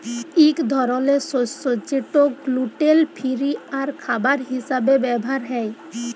ইক ধরলের শস্য যেট গ্লুটেল ফিরি আর খাবার হিসাবে ব্যাভার হ্যয়